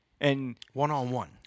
One-on-one